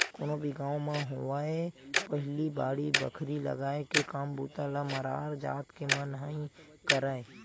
कोनो भी गाँव म होवय पहिली बाड़ी बखरी लगाय के काम बूता ल मरार जात के मन ही करय